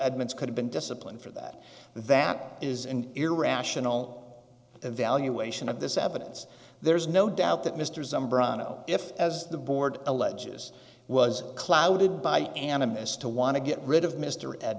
edmunds could have been disciplined for that that is an irrational evaluation of this evidence there's no doubt that mr zambrano if as the board alleges was clouded by animists to want to get rid of mr